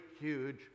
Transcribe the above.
huge